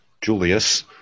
Julius